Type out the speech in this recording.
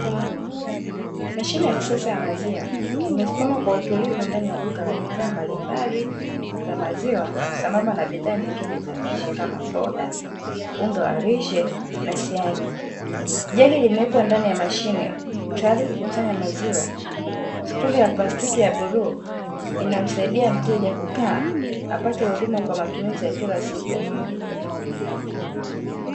Mashine ya kisasa ya maziwa imesimama kwa utulivu ndani ya duka la bidhaa mbalimbali za maziwa sambamba na bidhaa nyingine za lishe kama: soda, unga wa lishe, na siagi. Jagi limewekwa ndani ya mashine tayari kukusanya maziwa. Stuli ya plastiki ya bluu inamsaidia mteja kukaa apate huduma kwa matumizi ya kila siku ya familia.